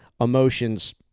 emotions